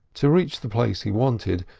to reach the place he wanted,